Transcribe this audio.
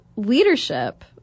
leadership